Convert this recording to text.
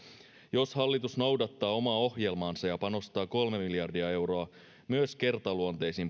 jos hallitus noudattaa omaa ohjelmaansa ja panostaa kolme miljardia euroa myös kertaluonteisin